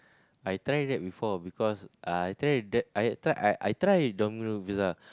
I try that before because I try that I try I I try Domino pizza